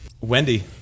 Wendy